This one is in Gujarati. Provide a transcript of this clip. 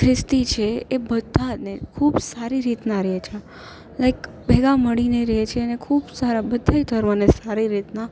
ખ્રિસ્તી છે એ બધાને ખૂબ સારી રીતના રહે છે લાઇક ભેગા મળીને રહે છે અને ખૂબ સારા બધાય ધર્મને સારી રીતના